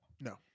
No